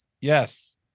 Yes